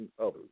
Others